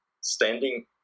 standing